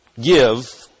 give